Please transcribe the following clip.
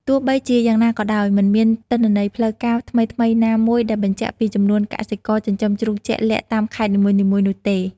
ទោះបីជាយ៉ាងណាក៏ដោយ មិនមានទិន្នន័យផ្លូវការថ្មីៗណាមួយដែលបញ្ជាក់ពីចំនួនកសិករចិញ្ចឹមជ្រូកជាក់លាក់តាមខេត្តនីមួយៗនោះទេ។